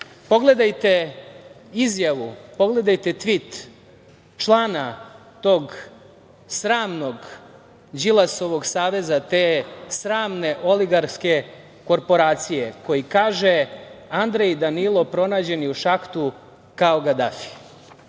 pogledajte izjavu, pogledajte tvit člana tog sramnog Đilasovog saveza, te sramne oligarske korporacije, a koji kaže – Andrej, Danilo pronađeni u šahtu kao Gadafi.